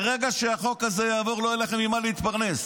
ברגע שהחוק הזה יעבור, לא יהיה לכם ממה להתפרנס.